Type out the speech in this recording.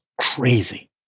crazy